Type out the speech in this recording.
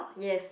yes